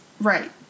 Right